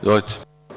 Izvolite.